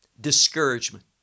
discouragement